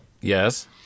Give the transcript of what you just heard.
Yes